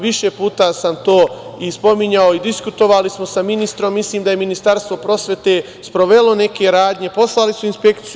Više puta sam to spominjao i diskutovali smo sa ministrom, mislim da je Ministarstvo prosvete sprovelo neke radnje, poslali su inspekciju.